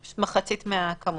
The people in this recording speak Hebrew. זה מחצית מהכמות.